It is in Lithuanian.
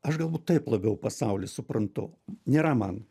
aš galbūt taip labiau pasaulį suprantu nėra man